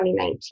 2019